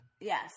Yes